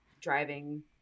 driving